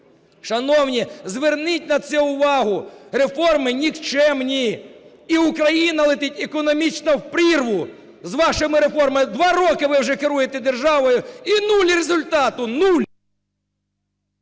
Шановні, зверніть на це увагу! Реформи нікчемні, і Україна летить економічно у прірву з вашими реформами. Два роки вже ви керуєте державою і нуль результату. Нуль!